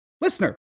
listener